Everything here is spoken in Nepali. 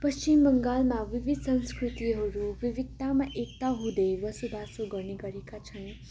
पश्चिम बङ्गालमा विविध संस्कृतिहरू विविधतामा एकता हुँदै बसोबासो गर्ने गरेका छन्